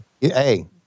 Hey